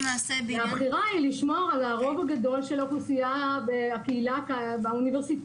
הבחירה היא לשמור על הרוב הגדול של הקהילה האוניברסיטאית,